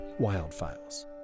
wildfiles